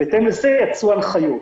בהתאם לזה יצאו הנחיות.